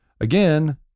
again